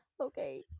okay